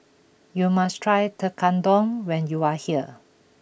you must try Tekkadon when you are here